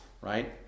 Right